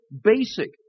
basic